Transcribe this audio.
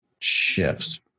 shifts